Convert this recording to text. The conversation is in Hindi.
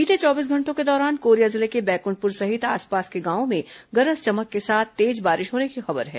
बीते चौबीस घंटों के दौरान कोरिया जिले के बैकुंठपुर सहित आसपास के गांवों में गरज चमक के साथ तेज बारिश होने की खबर है